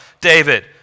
David